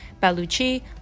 Baluchi